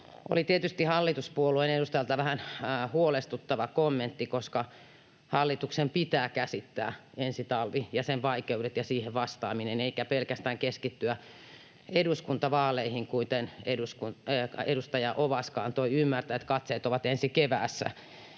oli tietysti hallituspuolueen edustajalta vähän huolestuttava kommentti, koska hallituksen pitää käsittää ensi talvi ja sen vaikeudet ja siihen vastaaminen eikä pelkästään keskittyä eduskuntavaaleihin — edustaja Ovaska antoi ymmärtää, että katseet ovat ensi keväässä.